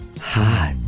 Hot